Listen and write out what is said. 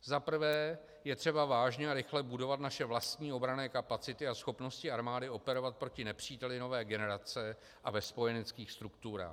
Za prvé, je třeba vážně a rychle budovat naše vlastní obranné kapacity a schopnosti armády operovat proti nepříteli nové generace a ve spojeneckých strukturách.